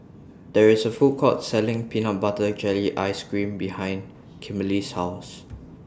There IS A Food Court Selling Peanut Butter Jelly Ice Cream behind Kimberly's House